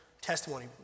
Testimony